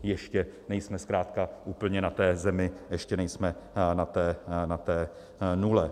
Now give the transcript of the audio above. Ještě nejsme zkrátka úplně na té zemi, ještě nejsme na té nule.